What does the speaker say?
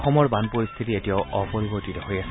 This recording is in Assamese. অসমৰ বান পৰিস্থিতি এতিয়াও অপৰিৱৰ্তিত হৈ আছে